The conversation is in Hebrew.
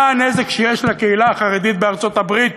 מה הנזק שיש לקהילה החרדית בארצות-הברית